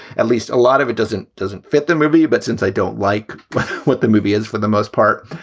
at least a lot of it doesn't doesn't fit the movie. but since i don't like what the movie is, for the most part,